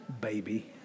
Baby